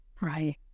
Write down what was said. Right